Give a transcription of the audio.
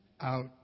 out